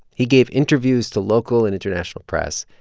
he gave interviews to local and international press.